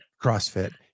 crossfit